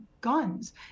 guns